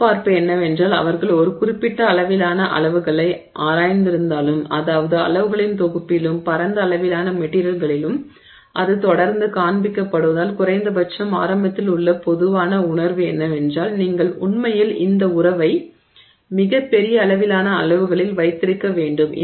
எதிர்பார்ப்பு என்னவென்றால் அவர்கள் ஒரு குறிப்பிட்ட அளவிலான அளவுகளை ஆராய்ந்திருந்தாலும் அதாவது அளவுகளின் தொகுப்பிலும் பரந்த அளவிலான மெட்டிரியல்களிலும் இது தொடர்ந்து காண்பிக்கப்படுவதால் குறைந்த பட்சம் ஆரம்பத்தில் உள்ள பொதுவான உணர்வு என்னவென்றால் நீங்கள் உண்மையில் இந்த உறவை மிகப் பெரிய அளவிலான அளவுகளில் வைத்திருக்க வேண்டும்